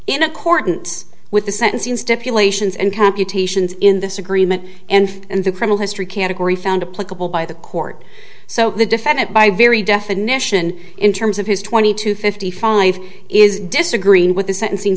in accordance with the sentencing step you lay sions and computations in this agreement and in the criminal history category found a playable by the court so the defendant by very definition in terms of his twenty two fifty five is disagreeing with the sentencing